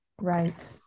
Right